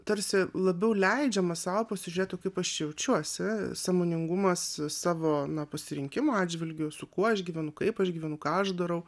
tarsi labiau leidžiama sau pasižiūrėt o kaip aš aš jaučiuosi sąmoningumas savo pasirinkimo atžvilgiu su kuo aš gyvenu kaip aš gyvenu ką aš darau